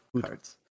cards